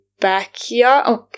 backyard